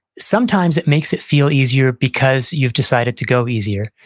sometimes, it makes it feel easier because you've decided to go easier.